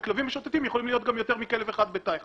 וכלבים משוטטים יכולים להיות גם יותר מכלב אחד בתא אחד.